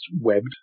webbed